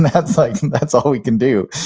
and that's like that's all we can do.